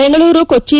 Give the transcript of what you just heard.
Bengaluru Kochi